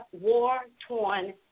war-torn